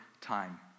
time